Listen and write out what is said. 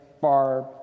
Barb